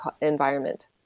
environment